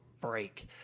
break